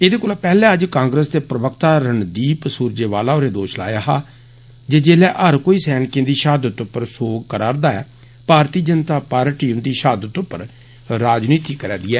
एदे कोला पैहलें अज्ज कांग्रेस दे प्रवक्ता रणदीप सुर्जेवाला होरें दोश लाया हा जे जेल्लै हर कोई सैनिकें दी षहादत पर सोह्ग करा रदा ऐ भारती जनता पार्टी उन्दी षहादत पर राजनीति करै रदी ऐ